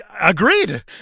Agreed